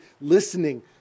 listening